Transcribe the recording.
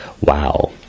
Wow